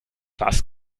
was